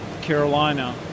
Carolina